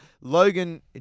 Logan